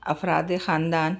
افراد خاندان